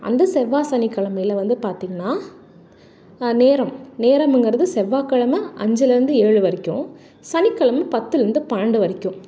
அந்த செவ்வாய் சனிக்கிழமையில் வந்து பார்த்திங்கன்னா நேரம் நேரமுங்கிறது செவ்வாய்க்கிழமை அஞ்சுலேருந்து ஏழு வரைக்கும் சனிக்கிழமை பத்துலேருந்து பன்னெரெண்டு வரைக்கும்